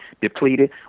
depleted